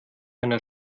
einer